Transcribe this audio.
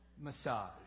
Massage